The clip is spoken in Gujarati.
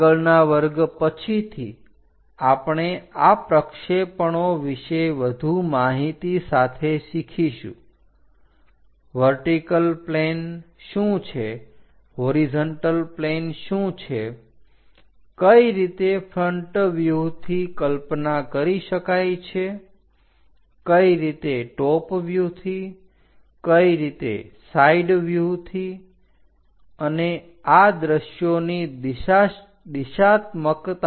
આગળના વર્ગ પછીથી આપણે આ પ્રક્ષેપણો વિષે વધુ માહિતી સાથે શીખીશું વર્ટીકલ પ્લેન શું છે હોરીજન્ટલ પ્લેન શું છે કઈ રીતે ફ્રન્ટ વ્યુહથી કલ્પના કરી શકાય છે કઈ રીતે ટોપ વ્યુહથી કઈ રીતે સાઈડ વ્યુહથી અને આ દ્રશ્યોની દિશાત્મકતા